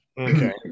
Okay